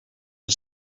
for